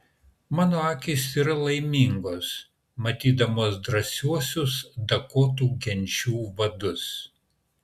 mano akys yra laimingos matydamos drąsiuosius dakotų genčių vadus